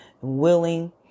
willing